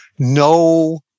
No